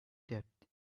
debt